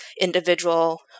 individual